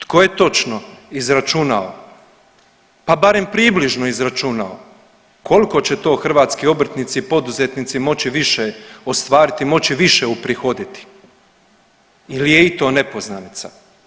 Tko je točno izračunao, pa barem približno izračunao koliko će to hrvatski obrtnici i poduzetnici moći više ostvariti, moći više uprihoditi ili je i to nepoznanica?